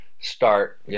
start